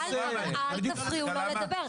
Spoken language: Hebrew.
אל תפריעו לו לדבר.